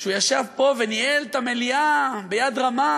כשהוא ישב פה וניהל את המליאה ביד רמה,